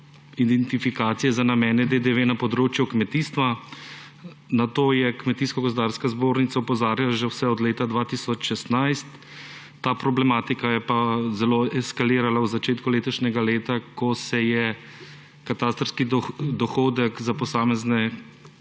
identifikacije za namene DDV na področju kmetijstva. Na to je Kmetijsko-gozdarska zbornica opozarjala že vse od leta 2016. Ta problematika je pa zelo eskalirala v začetku letošnjega leta, ko se je katastrski dohodek za posamezne